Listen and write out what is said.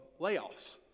layoffs